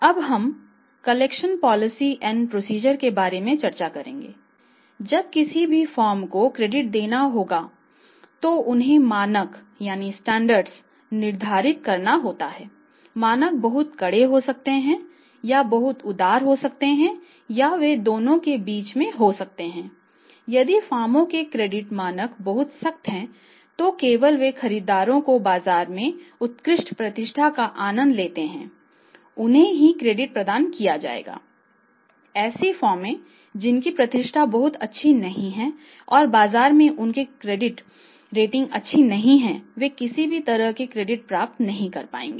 अब हम collection policy and procedure अच्छी नहीं है वे किसी भी तरह का क्रेडिट प्राप्त नहीं कर पाएंगे